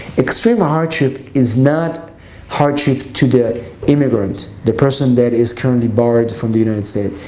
extreme hardship is not hardship to the immigrant, the person that is currently barred from the united states.